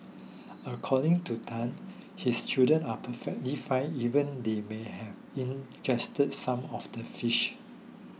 according to Tan his children are perfectly fine even though they may have ingested some of the fish